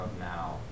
Now